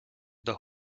the